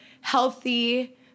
healthy